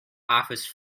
office